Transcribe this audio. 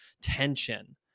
tension